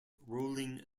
rolling